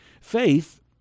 Faith